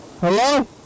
Hello